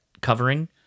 covering